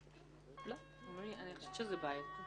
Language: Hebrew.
לא, אני חושבת שזה בעייתי.